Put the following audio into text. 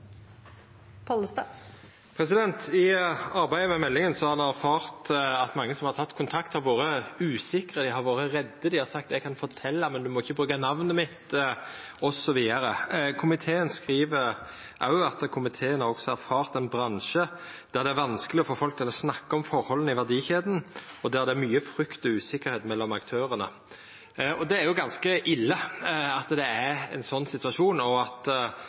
I arbeidet med meldinga har ein erfart at mange som har teke kontakt, har vore usikre og redde. Dei har sagt: Eg kan fortelja, men de må ikkje bruka namnet mitt, osv. Komiteen skriv at òg komiteen har opplevd ein bransje der det er vanskeleg å få folk til å snakka om forholda i verdikjeda, og der det er mykje frykt og usikkerheit mellom aktørane. Det er ganske ille at situasjonen er slik, og at alle partia i komiteen følte at